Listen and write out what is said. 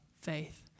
faith